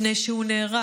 מפני שהוא נהרג